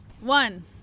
one